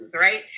right